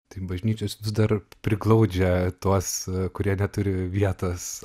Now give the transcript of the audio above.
tai bažnyčios vis dar priglaudžia tuos kurie neturi vietos